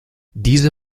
diese